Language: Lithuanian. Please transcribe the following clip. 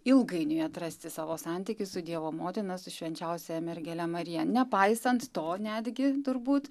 ilgainiui atrasti savo santykį su dievo motina su švenčiausiąja mergele marija nepaisant to netgi turbūt